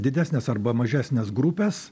didesnės arba mažesnes grupės